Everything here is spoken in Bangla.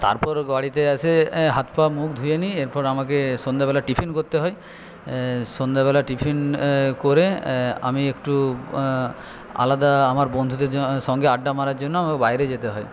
তারপর বাড়িতে এসে হাত পা মুখ ধুইয়ে নিই এরপর আমাকে সন্ধ্যেবেলা টিফিন করতে হয় সন্ধ্যেবেলা টিফিন করে আমি একটু আলাদা আমার বন্ধুদের সঙ্গে আড্ডা মারার জন্য আমাকে বাইরে যেতে হয়